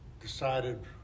decided